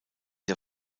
der